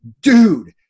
dude